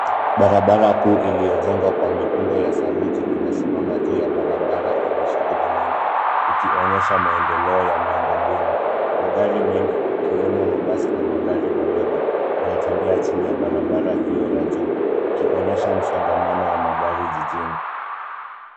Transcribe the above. Barabara kuu iliyojengwa kwa miundo ya saruji inasimama juu ya barabara yenye shughuli nyingi, ikionyesha maendeleo ya miundo mbinu. Magari mengi, ikiwemo mabasi na magari madogo, yanatembea chini ya barabara hio ya juu, ikionyesha msongamano wa magari jijini.